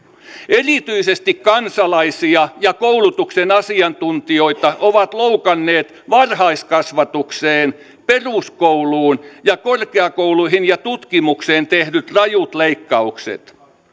erityisesti kansalaisia ja koulutuksen asiantuntijoita ovat loukanneet varhaiskasvatukseen peruskouluun sekä korkeakouluihin ja tutkimukseen tehdyt rajut leikkaukset